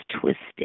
twisted